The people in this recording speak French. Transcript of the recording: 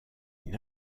une